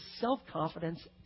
self-confidence